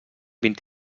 vint